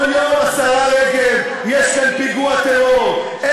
כל יום יש כאן פיגוע טרור, אני מסיים.